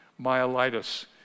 myelitis